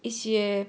一些